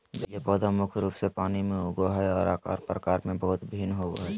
जलीय पौधा मुख्य रूप से पानी में उगो हइ, और आकार प्रकार में बहुत भिन्न होबो हइ